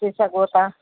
अची सघो था